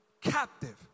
captive